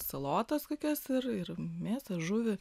salotas kokias ir ir mėsą žuvį